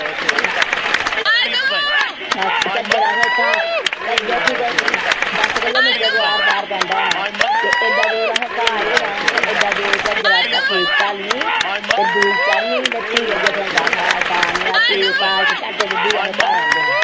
झज्जर असें इत्थां झज्जर दी असें कोई इत्थां दस्स किलोमीटर कोई आर पार पैंडा होना ते एड्डे दूर असें घाऽ गी जाना ते एड्डे दूर ढक्की ढलनी ते दूई चढ़नी ते भी जाइयै थ्होंदा घाऽ नेईं तां भी उत्थां घैंटा डेढ़ च घर औंदे हे